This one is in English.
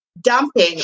dumping